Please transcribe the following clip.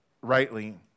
rightly